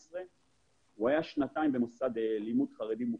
היה שנתיים במוסד לימוד חינוך חרדי מוכר.